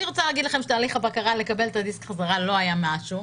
אני רוצה להגיד לכם שתהליך הבקרה לקבל את הדיסק חזרה לא היה משהו.